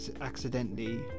accidentally